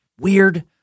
weird